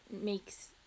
makes